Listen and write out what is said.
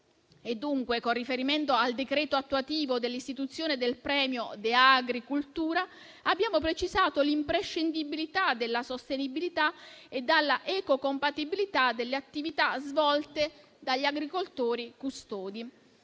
Pertanto, con riferimento al decreto attuativo per l'istituzione del premio «*De agri cultura»*, abbiamo precisato l'imprescindibilità della sostenibilità e della ecocompatibilità delle attività svolte dagli agricoltori custodi.